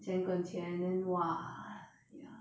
!wah! ya